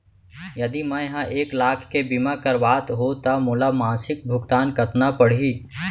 यदि मैं ह एक लाख के बीमा करवात हो त मोला मासिक भुगतान कतना पड़ही?